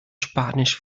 spanisch